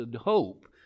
hope